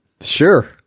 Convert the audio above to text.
Sure